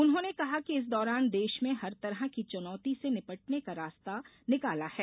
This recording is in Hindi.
उन्होंने कहा कि इस दौरान देश में हर तरह की चुनौती से निपटने का रास्ता निकाला है